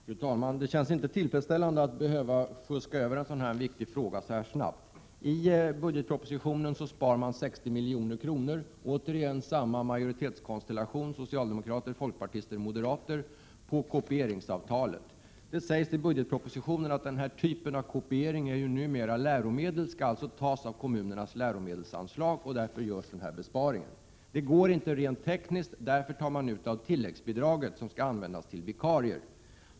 Fru talman! Det känns inte tillfredsställande att behöva fuska sig igenom en så viktig fråga så här snabbt. Här föreslås en besparing om 60 milj.kr. — det är åter samma majoritetskonstellation, nämligen socialdemokrater, folkpartister, moderater — på kopieringsavtalet. Det sägs i budgetpropositionen att denna typ av kopiering numera är att anse som läromedel och alltså skall tas av kommunernas läromedelsanslag. Därför görs denna besparing. Rent tekniskt måste besparingen ske genom minskning av tilläggsbidraget till vikarier.